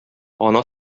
ана